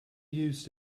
used